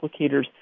applicators